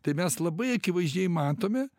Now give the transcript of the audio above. tai mes labai akivaizdžiai matome